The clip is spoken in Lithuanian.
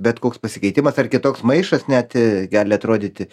bet koks pasikeitimas ar kitoks maišas net gali atrodyti